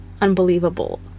unbelievable